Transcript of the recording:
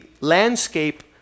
landscape